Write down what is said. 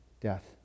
death